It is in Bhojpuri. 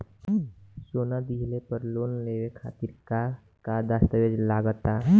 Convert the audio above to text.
सोना दिहले पर लोन लेवे खातिर का का दस्तावेज लागा ता?